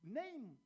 name